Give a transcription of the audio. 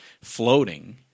floating